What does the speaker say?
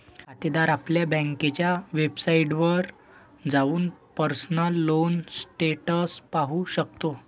खातेदार आपल्या बँकेच्या वेबसाइटवर जाऊन पर्सनल लोन स्टेटस पाहू शकतो